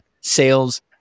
sales